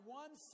one